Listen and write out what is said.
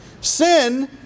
Sin